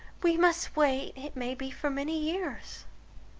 we must wait, it may be for many years.